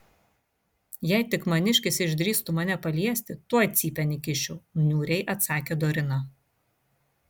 jei tik maniškis išdrįstų mane paliesti tuoj cypėn įkiščiau niūriai atsakė dorina